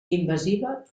invasiva